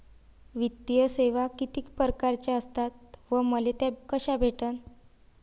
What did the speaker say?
वित्तीय सेवा कितीक परकारच्या असतात व मले त्या कशा भेटन?